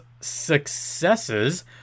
successes